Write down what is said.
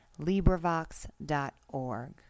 LibriVox.org